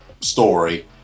story